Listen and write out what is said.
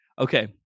Okay